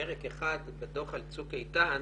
פרק אחד בדוח על "צוק איתן",